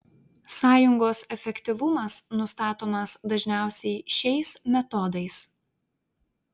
sąjungos efektyvumas nustatomas dažniausiai šiais metodais